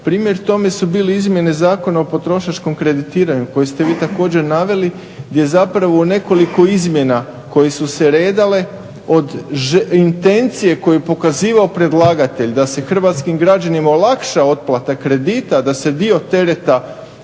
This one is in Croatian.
Primjer tome su bile izmjene Zakona o potrošačkom kreditiranju koji ste vi također naveli gdje zapravo nekoliko izmjena koje su se redale, od intencije koju je pokazivao predlagatelj da se hrvatskim građanima olakša otplata kredita, da se dio tereta